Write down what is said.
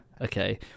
okay